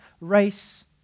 race